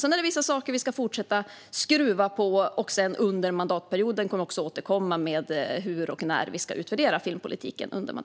Sedan finns vissa saker som vi ska fortsätta att skruva på, och under mandatperioden kommer vi att återkomma med hur och när vi ska utvärdera filmpolitiken.